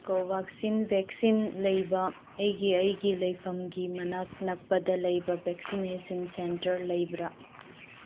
Covaxin vaccine ꯂꯩꯕ ꯑꯩꯒꯤ ꯑꯩꯒꯤ ꯂꯩꯐꯝꯒꯤ ꯃꯅꯥꯛ ꯅꯛꯄꯗ ꯂꯩꯕ ꯚꯦꯛꯁꯤꯅꯦꯁꯟ ꯁꯦꯟꯇꯔ ꯂꯩꯕ꯭ꯔꯥ